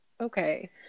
Okay